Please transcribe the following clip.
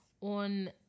on